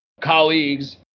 colleagues